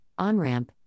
OnRamp